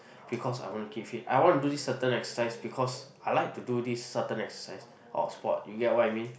because I want to keep fit I want to do this certain exercise because I like to do this certain exercise or sport you get what I mean